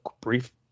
brief